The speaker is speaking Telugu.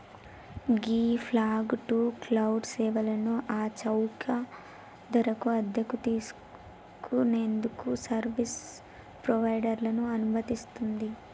గీ ఫాగ్ టు క్లౌడ్ సేవలను ఆ చౌక ధరకు అద్దెకు తీసుకు నేందుకు సర్వీస్ ప్రొవైడర్లను అనుమతిస్తుంది